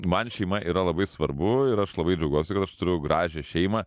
man šeima yra labai svarbu ir aš labai džiaugiuosi kad aš turiu gražią šeimą